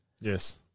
Yes